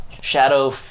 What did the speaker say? shadow